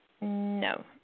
No